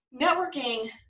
networking